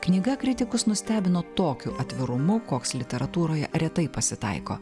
knyga kritikus nustebino tokiu atvirumu koks literatūroje retai pasitaiko